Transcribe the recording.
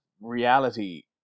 reality